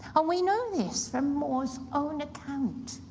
and we know this from more's own account.